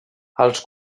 els